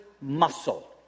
muscle